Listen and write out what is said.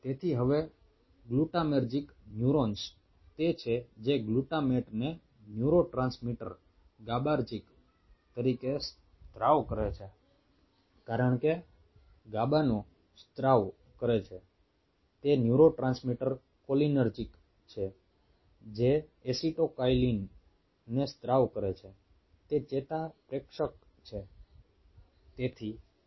તેથી હવે glutamatergic neurons તે છે જે ગ્લુટામેટને ન્યુરોટ્રાન્સમીટર GABAરજિક તરીકે સ્ત્રાવ કરે છે કારણ કે જે GABAનો સ્ત્રાવ કરે છે તે ન્યુરોટ્રાન્સમીટર કોલીનેર્જિક છે જે એસિટાઇલકોલાઇનને સ્ત્રાવ કરે છે તે ચેતાપ્રેષક છે